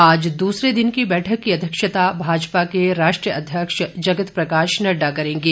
आज दूसरे दिन की बैठक की अध्यक्षता भाजपा के राष्ट्रीय अध्यक्ष जगत प्रकाश नडडा करेंगे